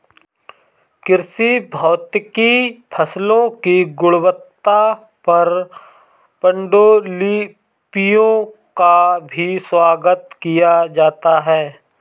कृषि भौतिकी फसलों की गुणवत्ता पर पाण्डुलिपियों का भी स्वागत किया जाता है